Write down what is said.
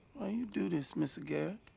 why you do this, mr. garrett?